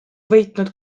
võitnud